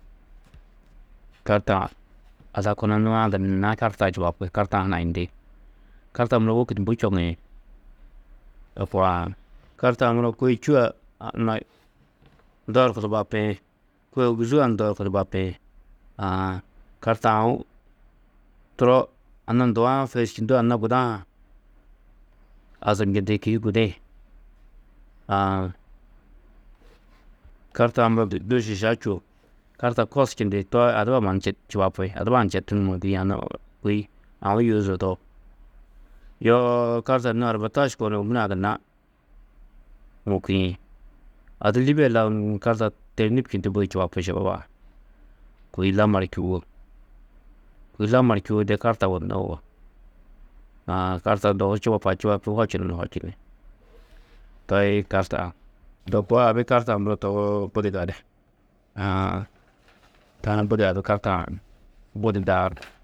Kartaa-ã ada kuna nûa-ã gunna kartaa čubapi. Kartaa-ã hanayindi, kartaa muro wôku bui čoŋi, to koo aã. Kartaa-ã muro kôe čûa anna ndookudu bapiĩ. Kôe ôguzuu a ni ndoorkudu bapiĩ, aã. Kartaa-ã aũ turo anna nduã fêičundoo, anna guda-ã azumnjindi kîhi gudi-ĩ aã. Kartaa-ã muro du šiša čûo, karta kos čindi, to adiba mannu četu čubapi, adiba-ã ni četu ni mûkiĩ, anna kôi, aũ yûo di zodoo. Yoo karta nû arbataš koo ni ômure-ã gunna mûkiĩ. A di Lîbia lau ni karta têrnib čindi budi čubapi šababa-ã. Kôi lamar čûwo. Kôi lamar čûwo de karta yugondunnó yugó, aã. Kartaa dohu čubapã čubapî hočunu ni hočini. Toi kartaa-ã. To koo abi kartaa-ã muro budi gali, aã. Tani budi abi kartaa-ã budi daaru.